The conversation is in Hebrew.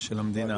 של המדינה.